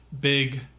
big